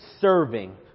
serving